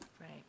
Right